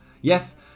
Yes